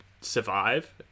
survive